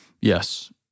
Yes